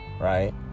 right